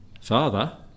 Father